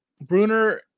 Bruner